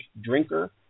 drinker